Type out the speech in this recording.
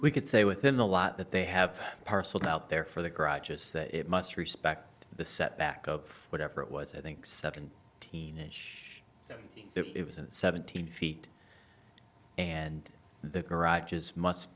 we could say within the lot that they have parcelled out there for the garages that it must respect the setback of whatever it was i think seven teenage so it was seventeen feet and the garages must